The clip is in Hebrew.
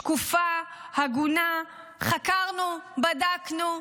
שקופה, הגונה, חקרנו ובדקנו,